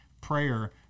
prayer